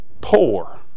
poor